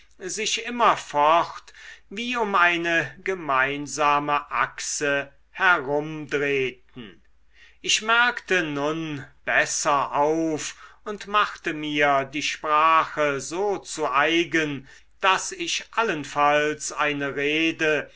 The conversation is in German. sich immerfort wie um eine gemeinsame achse herumdrehten ich merkte nun besser auf und machte mir die sprache so zu eigen daß ich allenfalls eine rede